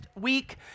week